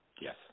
Yes